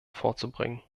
vorzubringen